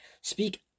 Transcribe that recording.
speak